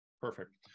Perfect